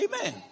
Amen